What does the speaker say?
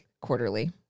quarterly